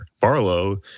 Barlow